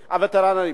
הווטרנים,